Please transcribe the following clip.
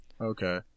Okay